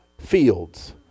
fields